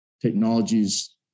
technologies